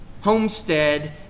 homestead